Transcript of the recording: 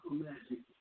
magic